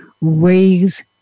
raise